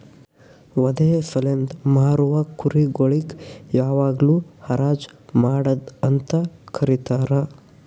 ವಧೆ ಸಲೆಂದ್ ಮಾರವು ಕುರಿ ಗೊಳಿಗ್ ಯಾವಾಗ್ಲೂ ಹರಾಜ್ ಮಾಡದ್ ಅಂತ ಕರೀತಾರ